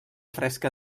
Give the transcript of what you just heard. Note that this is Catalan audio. fresca